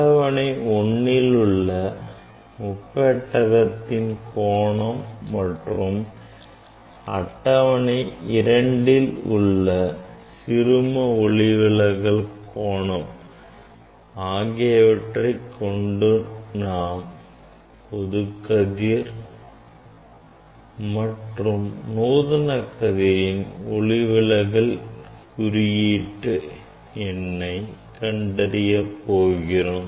அட்டவணை 1 இல் உள்ள முப்பெட்டகத்தின் கோணம் மற்றும் அட்டவணை 2ல் உள்ள சிறும ஒளிவிலகல் கோணம் ஆகியவற்றை கொண்டு நாம் பொது கதிர் மற்றும் நூதன கதிரின் ஒளிவிலகல் குறியீட்டு எண்ணை கண்டறிய போகிறோம்